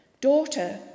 daughter